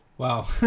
Wow